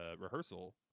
rehearsal